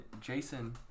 Jason